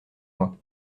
moi